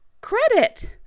credit